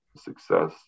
success